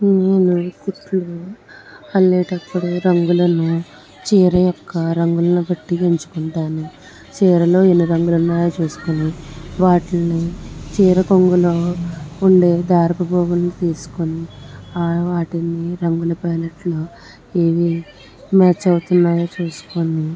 నేను కుట్లు అల్లేటప్పుడు రంగులను చీర యొక్క రంగుల్ను బట్టి ఎంచుకుంటాను చీరలో ఎన్ని రంగులు ఉన్నాయి చూసుకుని వాటిని చీర కొంగులో ఉండే దారపు పోగుల్ను తీసుకుని వాటిని రంగుల పైనట్లు ఇవి మ్యాచ్ అవుతున్నాయా చూసుకుని